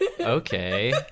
Okay